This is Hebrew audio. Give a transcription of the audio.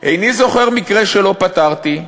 איני זוכר מקרה שלא פתרתי,